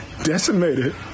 decimated